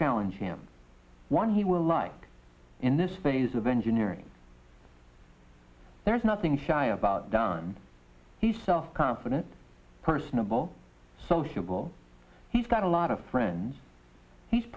challenge him one he will like in this phase of engineering there is nothing shy about done he self confident personable so he will he's got a lot of friends he's